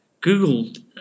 Google